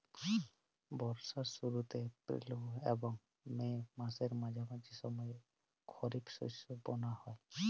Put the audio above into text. বর্ষার শুরুতে এপ্রিল এবং মে মাসের মাঝামাঝি সময়ে খরিপ শস্য বোনা হয়